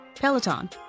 Peloton